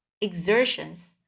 exertions